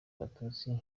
abatutsi